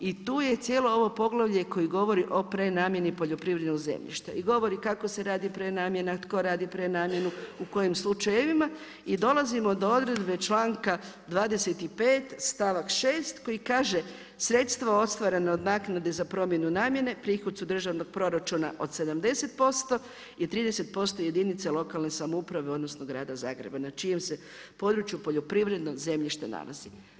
I tu je cijelo ovo poglavlje koje govori o prenamjeni poljoprivrednog zemljišta i govori kako se radi prenamjena, tko radi prenamjenu u kojem slučajevima i dolazimo do odredbe članka 25. stavak 6. koji kaže „sredstva ostvarena od naknade za promjenu namjene prihod su državnog proračuna od 70% i 30% jedinica lokalne samouprave odnosno grada Zagreba na čijem se području poljoprivredno zemljište nalazi“